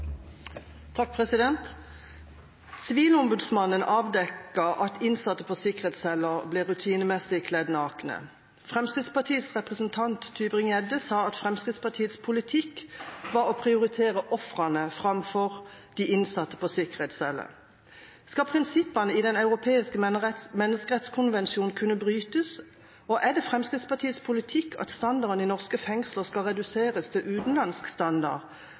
at innsatte på sikkerhetsceller ble rutinemessig kledd nakne. Fremskrittspartiets representant Tybring-Gjedde sa at Fremskrittspartiets politikk var å prioritere ofrene framfor innsatte på sikkerhetscelle. Skal prinsippene i Den europeiske menneskerettskonvensjonen kunne brytes, er det Fremskrittspartiets politikk at standarden i norske fengsler skal reduseres til utenlandsk standard,